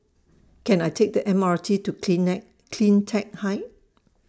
Can I Take The M R T to CleanTech Height